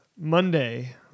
Monday